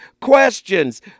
questions